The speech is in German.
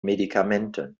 medikamenten